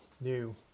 new